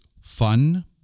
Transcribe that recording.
fun